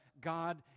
God